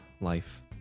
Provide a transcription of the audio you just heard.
life